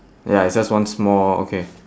ya it's just one small okay